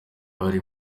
bari